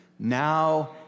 Now